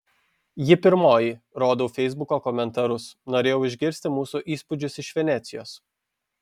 ji pirmoji rodau feisbuko komentarus norėjo išgirsti mūsų įspūdžius iš venecijos